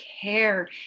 care